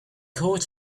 called